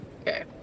Okay